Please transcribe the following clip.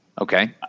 okay